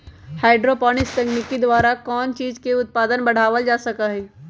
hydroponics तकनीक द्वारा कौन चीज के उत्पादन बढ़ावल जा सका हई